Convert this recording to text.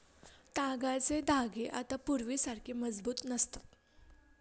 तागाचे धागे आता पूर्वीसारखे मजबूत नसतात